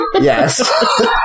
Yes